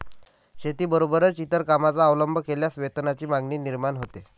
शेतीबरोबरच इतर कामांचा अवलंब केल्यास वेतनाची मागणी निर्माण होते